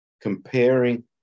comparing